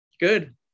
Good